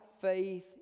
faith